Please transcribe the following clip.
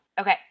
Okay